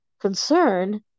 concern